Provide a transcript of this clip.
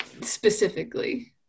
specifically